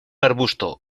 arbusto